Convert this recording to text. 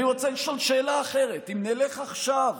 אני רוצה לשאול שאלה אחרת: אם נלך עכשיו